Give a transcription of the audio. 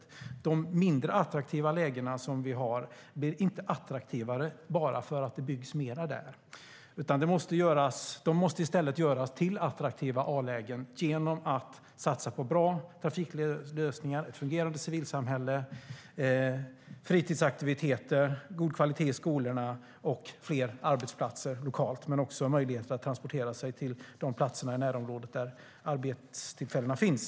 De mindre attraktiva lägen vi har blir inte attraktivare bara för att det byggs mer där, utan de måste göras till attraktiva A-lägen genom att vi satsar inte bara på bra trafiklösningar, ett fungerande civilsamhälle, fritidsaktiviteter, god kvalitet i skolorna och fler arbetsplatser lokalt utan också på möjligheter att transportera sig till de platser i närområdet där arbetstillfällena finns.